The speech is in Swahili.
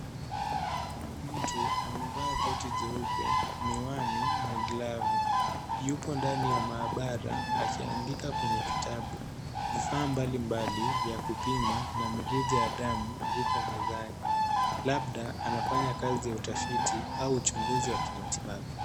Mtu amevaa koto jeupe, miwani na glavu. Yupo ndani ya maabara akiandika kwenye kitabu. Vifaa mbalimbali vya kupima na mirija ya damu vipo mezani. Labda anafanya kazi ya utafiti au uchunguzi wa kimatibabu.